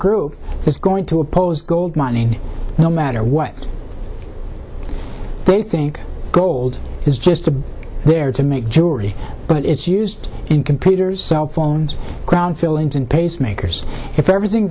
group that's going to oppose gold mining no matter what they think gold is just to there to make jewelry but it's used in computers cell phones fillings and pacemakers if everything